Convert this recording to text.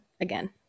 again